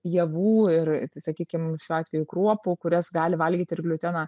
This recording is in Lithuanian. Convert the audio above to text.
javų ir sakykim šiuo atveju kruopų kurias gali valgyt ir gliuteną